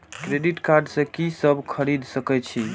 Credit card से की सब खरीद सकें छी?